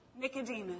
Nicodemus